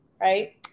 right